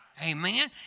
Amen